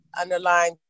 underlying